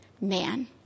man